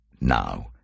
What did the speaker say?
now